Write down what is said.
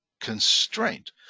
constraint